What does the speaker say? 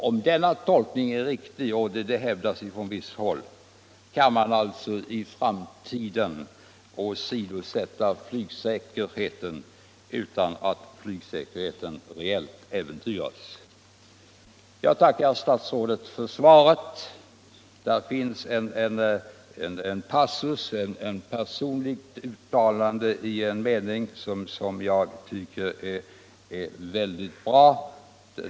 Om denna tolkning är riktig, och det hävdas från visst håll, kan man alltså i framtiden åsidosätta flygsäkerheten utan att flygsäkerheten reellt äventyras. Jag tackar kommunikationsministern för svaret. Där finns en passus, ett personligt uttalande, som jag tycker är väldigt bra.